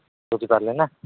ବୁଝି ପାରିଲେ ନା